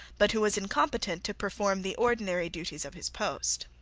but who was incompetent to perform the ordinary duties of his post.